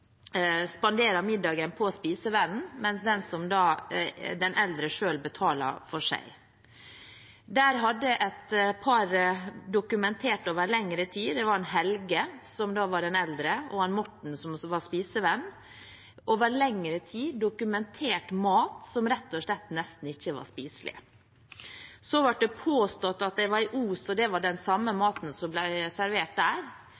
spanderer middagen på spisevennen, mens den eldre selv betaler for seg. Der hadde et par – det var Helge, som var den eldre, og Morten, som var spisevennen – over lengre tid dokumentert mat som rett og slett nesten ikke var spiselig. Så ble det påstått at jeg var i Os, og at det var den samme maten som ble servert der.